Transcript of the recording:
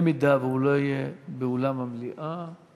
אם הוא לא יהיה באולם המליאה,